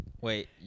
Wait